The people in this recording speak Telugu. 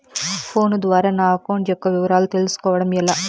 ఫోను ద్వారా నా అకౌంట్ యొక్క వివరాలు తెలుస్కోవడం ఎలా?